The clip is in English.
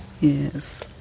Yes